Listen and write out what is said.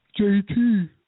JT